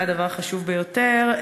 אולי הדבר החשוב ביותר,